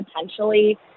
potentially